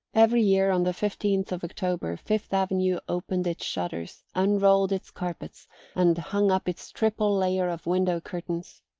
every year on the fifteenth of october fifth avenue opened its shutters, unrolled its carpets and hung up its triple layer of window-curtains.